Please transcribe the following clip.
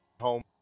home